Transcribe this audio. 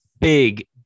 Big